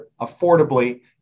affordably